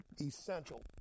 essential